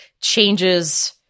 changes